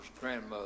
grandmother